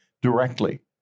directly